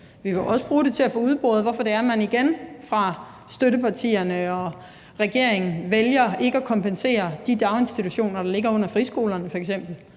Vi vil også bruge det til at få udboret, hvorfor det er, man igen fra støttepartiernes og regeringens side vælger ikke at kompensere de daginstitutioner, der f.eks. ligger under friskolerne,